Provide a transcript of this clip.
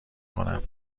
کنم